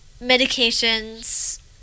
medications